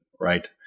right